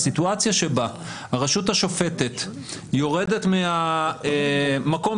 הסיטואציה שבה הרשות השופטת יורדת מהמקום